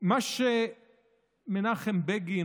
מה שמנחם בגין,